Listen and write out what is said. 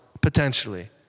potentially